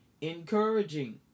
encouraging